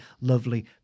lovely